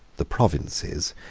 the provinces,